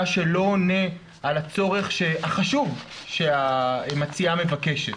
שלא עונה על הצורך החשוב שמציעה המבקשת.